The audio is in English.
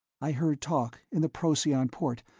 i heard talk, in the procyon port,